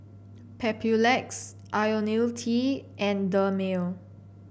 papulex IoniL T and Dermale